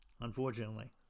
unfortunately